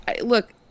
look